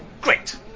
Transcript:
Great